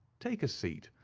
take a seat,